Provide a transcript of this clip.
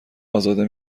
ازاده